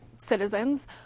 citizens